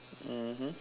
mmhmm